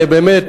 ובאמת,